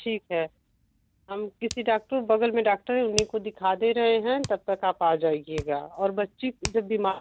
ठीक है हम किसी डाक्टर बगल में डाक्टर हैं उन्हीं को दिखा दे रहे हैं तब तक आप आ जाइएगा और बच्ची बीमार